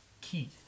Keith